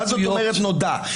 מה זאת אומרת נודע?